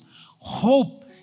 Hope